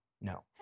No